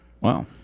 Wow